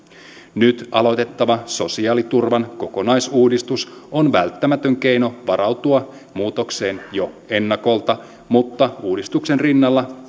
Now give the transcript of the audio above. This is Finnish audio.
nyt aloitettava sosiaaliturvan kokonaisuudistus on välttämätön keino varautua muutokseen jo ennakolta mutta uudistuksen rinnalla